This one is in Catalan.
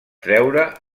treure